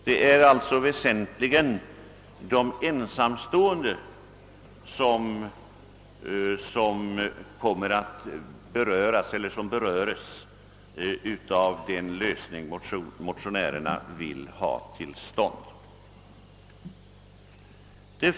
Det är alltså huvudsakligen ensamstående människor som berörs av den prövning som motionärerna vill ha till stånd.